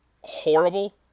horrible